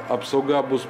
apsauga bus